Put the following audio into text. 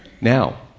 Now